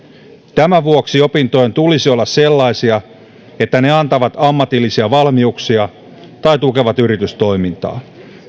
tämän vuoksi opintojen tulisi olla sellaisia että ne antavat ammatillisia valmiuksia tai tukevat yritystoimintaa